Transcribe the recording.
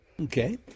Okay